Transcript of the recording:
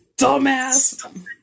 dumbass